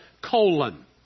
colon